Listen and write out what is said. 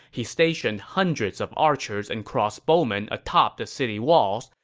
he stationed hundreds of archers and crossbowmen atop the city walls.